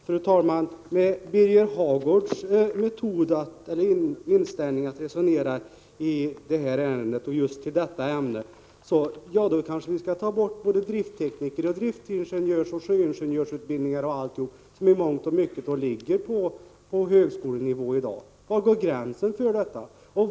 Fru talman! Med Birger Hagårds sätt att resonera i detta ärende, och just i detta ämne, kanske han anser att vi skall ta bort driftteknikerutbildningen, driftsingenjörsutbildningen och sjöingenjörsutbildningen från högskolan. Dessa utbildningar ligger i många fall på högskolenivå i dag. Var går gränsen?